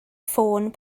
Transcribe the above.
ffôn